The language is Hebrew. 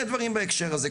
בואו נאמץ גם דרך כזאת.